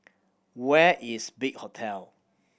where is Big Hotel